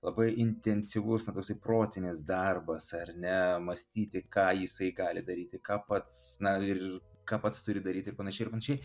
labai intensyvus na toksai protinis darbas ar ne mąstyti ką jisai gali daryti ką pats na ir ką pats turi daryt ir panašiai ir panašiai